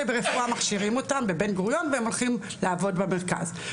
ברפואה מכשירים אותם בבן גוריון והם הולכים לעבוד במרכז,